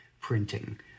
printing